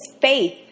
faith